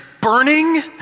burning